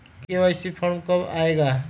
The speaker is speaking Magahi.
के.वाई.सी फॉर्म कब आए गा?